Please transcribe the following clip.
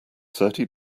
thirty